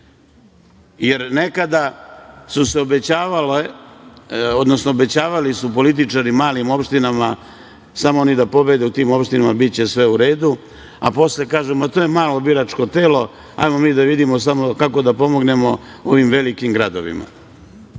jer nekada su obećavali političari malim opštinama samo oni da pobede u tim opštinama i biće sve u redu, a posle kažu – to je malo biračko telo, ajmo mi da vidimo kako da pomognemo ovim velikim gradovima. Kada